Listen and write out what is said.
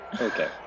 Okay